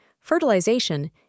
fertilization